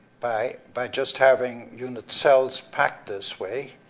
by by just having unit cells packed this way,